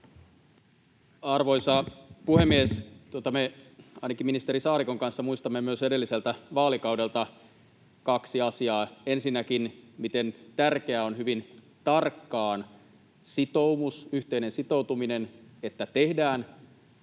Arvoisa puhemies! Me ainakin ministeri Saarikon kanssa muistamme myös edelliseltä vaalikaudelta kaksi asiaa: ensinnäkin sen, miten tärkeää on hyvin tarkka sitoumus, yhteinen sitoutuminen siihen, että tehdään